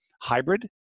Hybrid